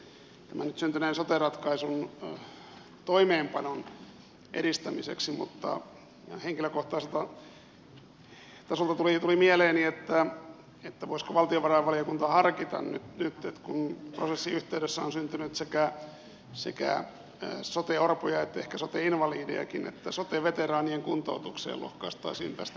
tämä nyt syntynee sote ratkaisun toimeenpanon edistämiseksi mutta henkilökohtaiselta tasolta tuli mieleeni voisiko valtiovarainvaliokunta harkita nyt kun prosessin yhteydessä on syntynyt sekä sote orpoja että ehkä sote invalidejakin että sote veteraanien kuntoutukseen lohkaistaisiin tästä pieni pala